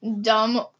Dumb